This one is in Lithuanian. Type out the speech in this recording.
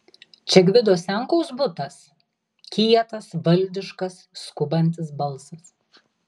čia gvido senkaus butas kietas valdiškas skubantis balsas